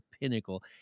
pinnacle